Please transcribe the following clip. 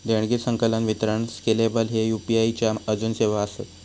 देणगी, संकलन, वितरण स्केलेबल ह्ये यू.पी.आई च्या आजून सेवा आसत